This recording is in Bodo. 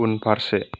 उनफारसे